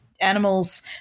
Animals